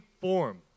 form